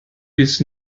bis